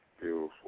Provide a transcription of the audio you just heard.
Beautiful